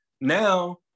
now